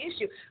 issue